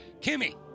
Kimmy